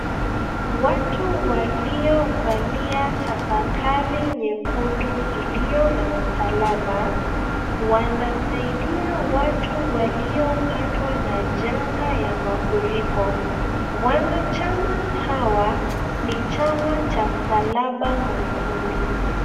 Watu waliovalia tafakari nyekundu iliyo na msalaba wanasaidia watu waliopatwa na janga ya mafuriko. Wanachama hawa ni chama cha msalaba mwekundu.